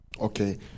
Okay